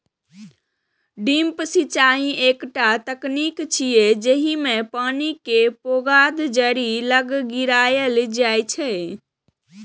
drip सिंचाइ एकटा तकनीक छियै, जेइमे पानि कें पौधाक जड़ि लग गिरायल जाइ छै